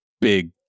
big